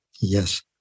Yes